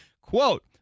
quote